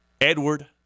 Edward